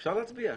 אפשר להצביע.